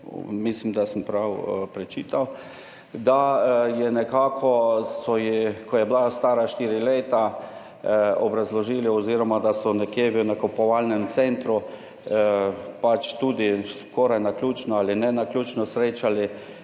mislim, da sem prav prečital, ko je bila stara štiri leta, obrazložili, da so nekje v nakupovalnem centru skoraj naključno ali ne naključno srečali